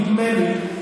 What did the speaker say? נדמה לי.